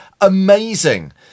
Amazing